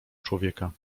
człowieka